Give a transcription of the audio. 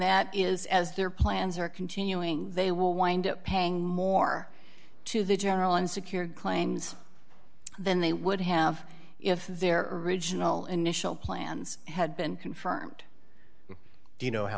that is as their plans are continuing they will wind up paying more to the general and secure claims than they would have if their original initial plans had been confirmed do you know how